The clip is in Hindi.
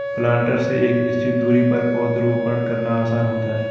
प्लांटर से एक निश्चित दुरी पर पौधरोपण करना आसान होता है